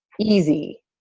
Easy